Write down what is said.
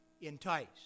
enticed